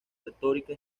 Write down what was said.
retórica